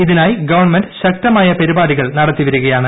ഇതിനായി ഗവൺമെന്റ് ശക്തമായ പരിപാടികൾ നടത്തിവരികയാണ്